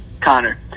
Connor